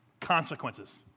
Consequences